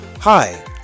Hi